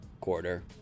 quarter